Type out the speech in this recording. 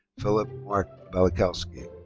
philip mark balikowski.